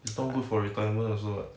it's not good for retirement also what